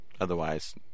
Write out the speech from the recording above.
Otherwise